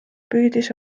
püüdis